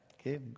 okay